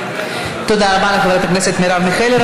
תודה רבה לחברת הכנסת מרב מיכאלי.